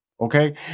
Okay